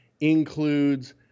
includes